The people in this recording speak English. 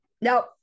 No